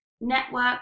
network